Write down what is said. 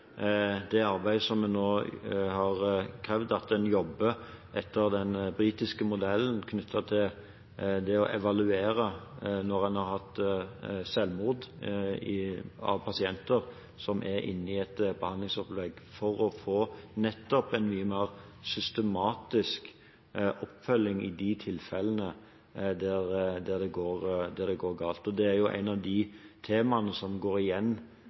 det arbeidet som vi nå har krevd, at en jobber etter den britiske modellen knyttet til det å evaluere når man har hatt selvmord blant pasienter som er inne i et behandlingsopplegg, for nettopp å få en mye mer systematisk oppfølging i de tilfellene der det går galt. Det er jo et av de temaene som går igjen,